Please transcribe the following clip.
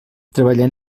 treballar